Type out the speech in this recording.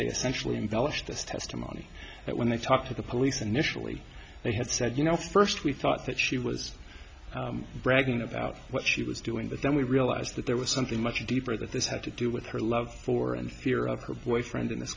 essentially embellished this testimony that when they talked to the police initially they had said you know first we thought that she was bragging about what she was doing but then we realized that there was something much deeper that this had to do with her love for and fear of her boyfriend and